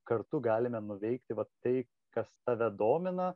kartu galime nuveikti vat tai kas tave domina